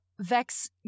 vex